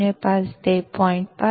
०५ ते ०